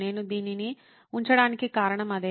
నేను దీనిని ఉంచడానికి కారణం అదే